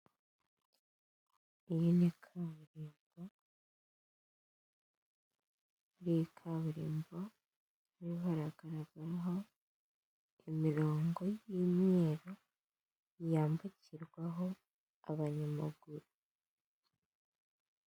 Iyi ni kaburimbo, kaburimbo haragaragaraho imirongo y'imyeru yambukirwaho abanyamaguru.